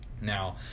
Now